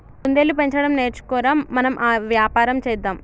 కుందేళ్లు పెంచడం నేర్చుకో ర, మనం ఆ వ్యాపారం చేద్దాం